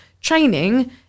training